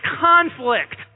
conflict